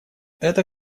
это